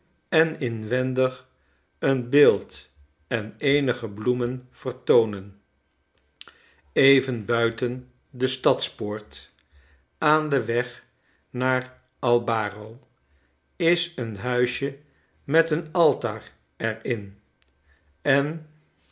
en inwendig een beeld en eenige bloemen vertoonen even buiten de stadspoort aan den weg naar albaro is een huisje met een altaar er in en